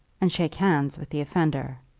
and shake hands with the offender.